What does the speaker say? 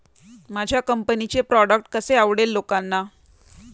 माझ्या कंपनीचे प्रॉडक्ट कसे आवडेल लोकांना?